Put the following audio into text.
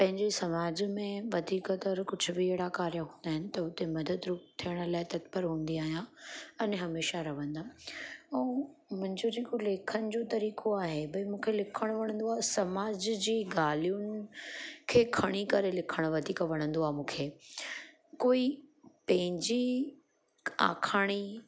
पंहिंजे समाज में वधीक त र कुझु भी अहिड़ा कार्य कोन आहिनि त हुते मदद रुपु थियण लाइ तत्पर हूंदी आहियां आने हमेशा रहंदमि ऐं मुंहिंजो जेको लेखनि जो तरीक़ो आहे भई मूंखे लिखणु वणंदो आहे समाज जी ॻाल्हियूं खे खणी करे लिखणु वधीक वणंदो आहे मूंखे कोई पंहिंजी आखाणी